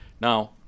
Now